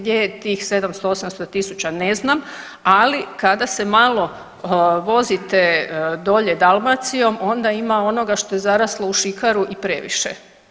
Gdje je tih 700, 800.000 ne znam ali kada se malo vozite dolje Dalmacijom onda ima onoga što je zaraslo u šikaru i previše.